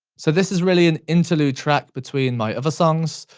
so this is really an interlude track between my other songs,